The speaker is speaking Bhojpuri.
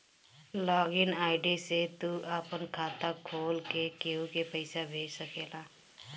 लॉग इन आई.डी से तू आपन खाता खोल के केहू के पईसा भेज सकेला